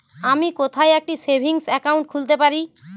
আমি কোথায় একটি সেভিংস অ্যাকাউন্ট খুলতে পারি?